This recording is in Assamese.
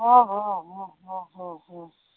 অঁ অঁ অঁ অঁ অঁ অঁ